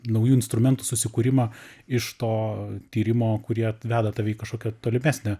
naujų instrumentų susikūrimą iš to tyrimo kurie veda tave į kažkokią tolimesnę